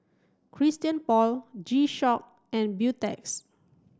Christian Paul G Shock and Beautex